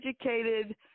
educated